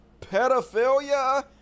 pedophilia